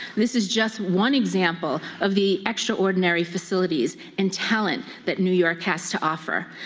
this is just one example of the extraordinary facilities and talent that new york has to offer.